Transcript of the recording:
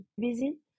busy